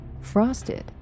frosted